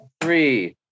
Three